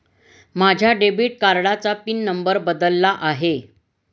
माझ्या डेबिट कार्डाचा pin number बदलला आहे